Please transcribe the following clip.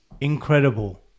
incredible